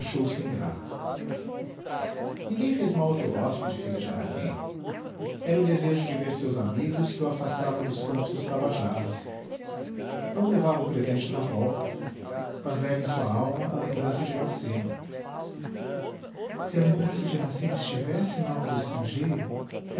achou-se ingrato ninguém fez mal ao teu hóspede filha de araquém era o desejo de ver seus amigos que o afastava dos campos dos tabajaras não levava o presente da volta mas leva em sua alma a lembrança de iracema se a lembrança de iracema estivesse nalma do estrangeiro